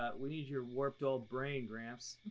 but we need your warped old brain, gramps.